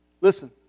Listen